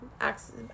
access